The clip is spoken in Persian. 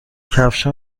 کفشها